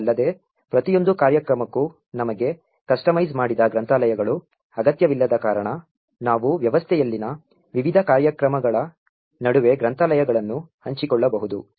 ಇದಲ್ಲದೆ ಪ್ರತಿಯೊಂದು ಕಾರ್ಯಕ್ರಮಕ್ಕೂ ನಮಗೆ ಕಸ್ಟಮೈಸ್ ಮಾಡಿದ ಗ್ರಂಥಾಲಯಗಳು ಅಗತ್ಯವಿಲ್ಲದ ಕಾರಣ ನಾವು ವ್ಯವಸ್ಥೆಯಲ್ಲಿನ ವಿವಿಧ ಕಾರ್ಯಕ್ರಮಗಳ ನಡುವೆ ಗ್ರಂಥಾಲಯಗಳನ್ನು ಹಂಚಿಕೊಳ್ಳಬಹುದು